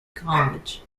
college